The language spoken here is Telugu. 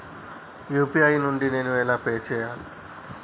యూ.పీ.ఐ నుండి నేను ఎలా పే చెయ్యాలి?